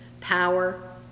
power